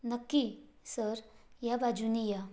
नक्की सर या बाजूने या